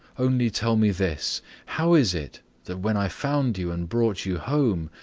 only tell me this how is it that when i found you and brought you home,